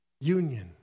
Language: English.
union